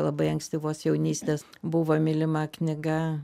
labai ankstyvos jaunystės buvo mylima knyga